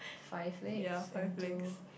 five legs into